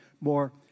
more